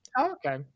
Okay